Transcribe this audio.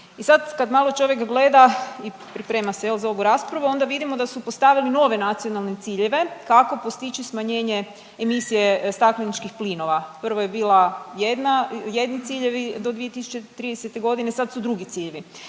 i sad kad malo čovjek gleda i priprema se jel za ovu raspravu onda vidimo da su postavili nove nacionalne ciljeve, kako postići smanjenje emisije stakleničkih plinova. Prvo je bila jedna, jedni ciljevi do 2030.g., sad su drugi ciljevi